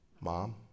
Mom